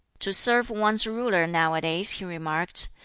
to serve one's ruler nowadays, he remarked,